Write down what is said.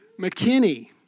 McKinney